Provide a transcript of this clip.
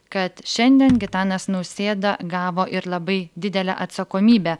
kad šiandien gitanas nausėda gavo ir labai didelę atsakomybę